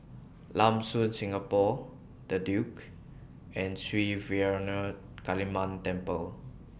Lam Soon Singapore The Duke and Sri Vairavimada Kaliamman Temple